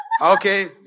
Okay